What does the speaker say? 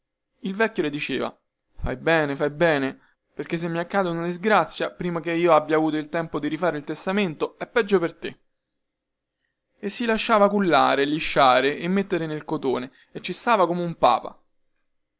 il vecchio le diceva fai bene fai bene perchè se mi accade una disgrazia prima che io abbia avuto il tempo di rifare il testamento è peggio per te e si lasciava cullare e lisciare e mettere nel cotone e ci stava come un papa